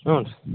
ಹ್ಞೂ